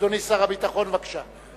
אדוני שר הביטחון, בבקשה.